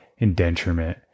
indenturement